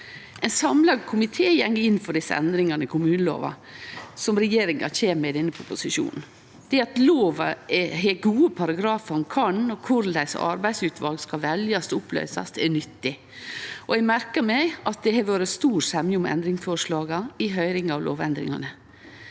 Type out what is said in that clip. Ein samla komité går inn for desse endringane i kommunelova som regjeringa kjem med i denne proposisjonen. Det at lova har gode paragrafar om når og korleis arbeidsutval skal veljast og oppløysast, er nyttig, og eg merkar meg at det har vore stor semje om endringsforslaga i høyringa om lovendringane.